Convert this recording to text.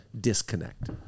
disconnect